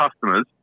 customers